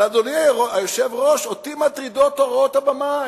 אבל, אדוני היושב-ראש, אותי מטרידות הוראות הבמאי,